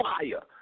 fire